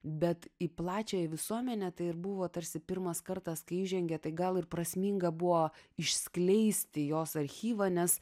bet į plačiąją visuomenę tai ir buvo tarsi pirmas kartas kai įžengė tai gal ir prasminga buvo išskleisti jos archyvą nes